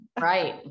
Right